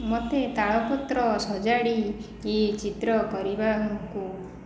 ମୋତେ ତାଳପତ୍ର ସଜାଡ଼ିକି ଚିତ୍ର କରିବାକୁ